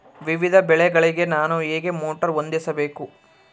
ವಿವಿಧ ಬೆಳೆಗಳಿಗೆ ನಾನು ಹೇಗೆ ಮೋಟಾರ್ ಹೊಂದಿಸಬೇಕು?